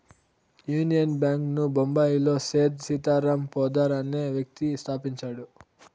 union Bank ను బొంబాయిలో సేథ్ సీతారాం పోద్దార్ అనే వ్యక్తి స్థాపించాడు